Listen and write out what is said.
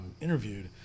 interviewed